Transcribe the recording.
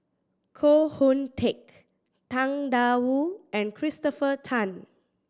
Koh Hoon Teck Tang Da Wu and Christopher Tan